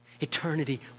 Eternity